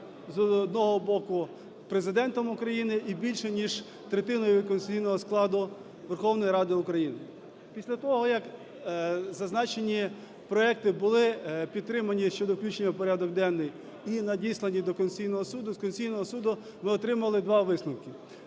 з одного боку, Президентом України і більше ніж третиною конституційного складу Верховної Ради України. Після того, як зазначені проекти були підтримані щодо включення в порядок денний і надіслані до Конституційного Суду, з Конституційного Суду ми отримали два висновки.